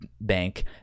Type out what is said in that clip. bank